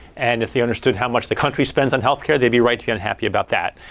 and if they understood how much the country spends on health care, they'd be rightly unhappy about that.